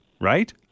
right